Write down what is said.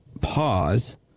pause